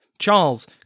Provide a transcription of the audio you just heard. Charles